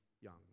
young